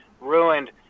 ruined